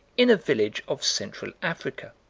in a village of central africa.